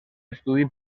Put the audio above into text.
estudi